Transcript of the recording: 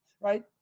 Right